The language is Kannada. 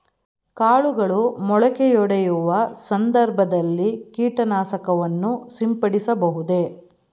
ಕಾಳುಗಳು ಮೊಳಕೆಯೊಡೆಯುವ ಸಂದರ್ಭದಲ್ಲಿ ಕೀಟನಾಶಕವನ್ನು ಸಿಂಪಡಿಸಬಹುದೇ?